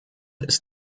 ist